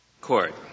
Court